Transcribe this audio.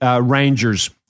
Rangers